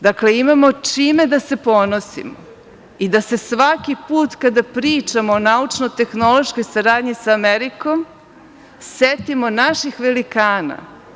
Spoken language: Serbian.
Dakle, imamo čime da se ponosimo i da se svaki put kada pričamo o naučno-tehnološkoj saradnji sa Amerikom setimo naših velikana.